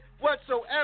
whatsoever